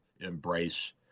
embrace